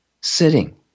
sitting